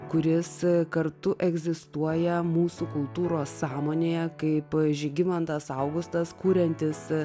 kuris kartu egzistuoja mūsų kultūros sąmonėje kaip žygimantas augustas kuriantis